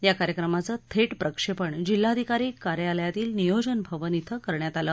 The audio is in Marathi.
या कार्यक्रमाच थेट प्रक्षेपण जिल्हाधिकारी कार्यालयातील नियोजन भवन श्रिं करण्यात आलं